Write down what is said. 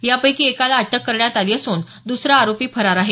यापैकी एकाला अटक करण्यात आली असून दुसरा आरोपी फरार आहे